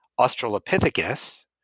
australopithecus